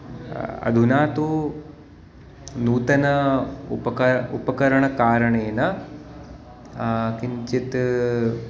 अधुना तु नूतन उपक उपकरणकारणेन किञ्चित्